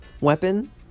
weapon